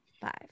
Five